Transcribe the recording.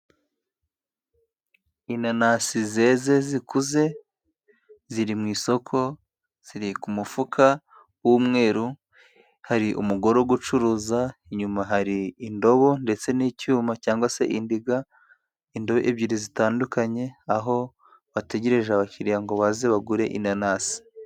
Inanasi zeze zikuze ziri mu isoko, ziri ku mufuka w'umweru, hari umugore uri gucuruza, inyuma hari indobo ndetse n'icyuma cyangwa se indiga, indobo ebyiri zitandukanye, aho bategereje abakiriya ngo baze bagure inanasi.